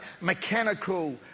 mechanical